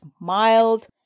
mild